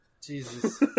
Jesus